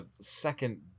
second